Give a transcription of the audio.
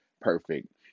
perfect